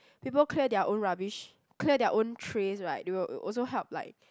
people clear their own rubbish clear their own trays right they will also help like